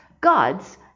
gods